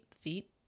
feet